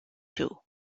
two